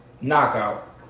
knockout